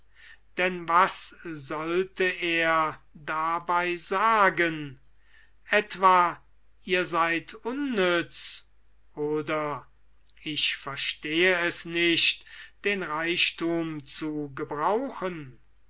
denn was sollte er dabei sagen etwa ihr seid unnütz oder ich verstehe es nicht den reichthum zu gebrauchen